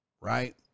right